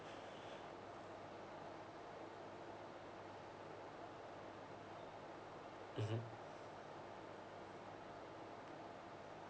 mmhmm